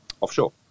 offshore